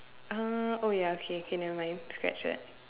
uh oh ya okay okay nevermind scratch that